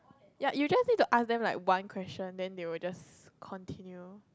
ya you just need to ask them like one question then they will just continue